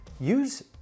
use